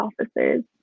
officers